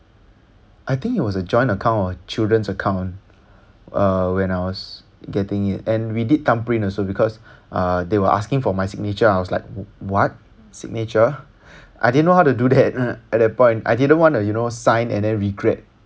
I think it was a joint account or children's account uh when I was getting it and we did thumbprint also because they were asking for my signature I was like what signature I didn't know how to do that at that point I didn't wanna you know sign and regret